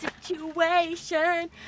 situation